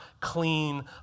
clean